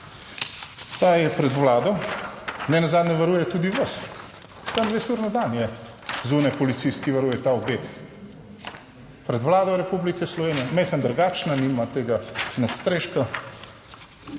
Ta je pred Vlado, nenazadnje varuje tudi vas, 24 ur na dan je zunaj policist, ki varuje ta objekt pred Vlado Republike Slovenije, majhen drugačna, nima tega nadstreška.